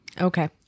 Okay